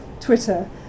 Twitter